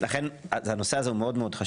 הנושא הזה חשוב מאוד.